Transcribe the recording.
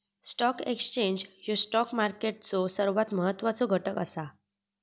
stock exchange ह्यो stock मार्केटचो सर्वात महत्वाचो घटक असा